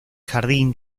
jardín